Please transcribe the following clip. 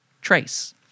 trace